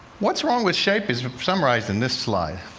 what's wrong with shape is summarized in this slide.